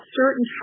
certain